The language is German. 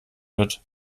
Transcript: wird